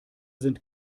sind